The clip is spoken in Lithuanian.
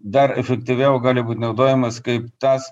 dar efektyviau gali būt naudojamas kaip tas